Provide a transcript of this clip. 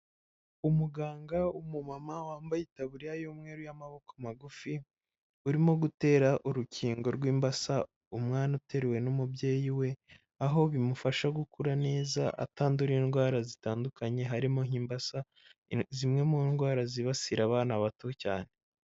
Umuganga w'umu mama wambaye itaburiya y'umweru y'amaboko magufi urimo gutera urukingo rw'imbasa umwana uteruwe n'umubyeyi we, aho bimufasha gukura neza atandura indwara zitandukanye harimo nk'imbasa zimwe mu ndwara zibasira abana bato cyane.